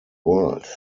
world